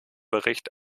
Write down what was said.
bericht